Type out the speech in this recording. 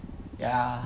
ya